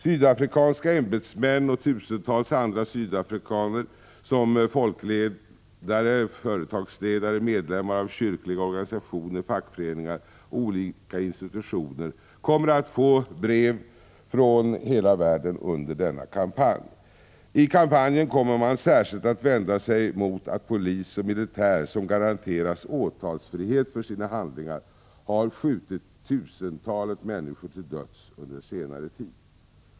Sydafrikanska ämbetsmän och tusentals andra sydafrikaner, som folkledare, företagsledare, medlemmar av kyrkliga organisationer, fackföreningar och olika institutioner kommer under denna kampanj att få brev från hela världen. I kampanjen kommer man särskilt att vända sig mot att polis och militär, som garanteras åtalsfrihet för sina handlingar, har skjutit tusentalet människor till döds under senare tid.